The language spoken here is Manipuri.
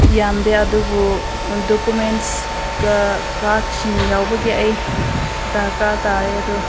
ꯌꯥꯝꯗꯦ ꯑꯗꯨꯕꯨ ꯗꯣꯀꯨꯃꯦꯟꯁꯀ ꯀꯥꯔꯠꯁꯤꯡ ꯌꯥꯎꯕꯒꯤ ꯑꯩ ꯗꯔꯀꯥꯔ ꯇꯥꯔꯦ ꯑꯗꯣ